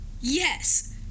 Yes